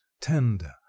tender